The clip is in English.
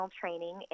training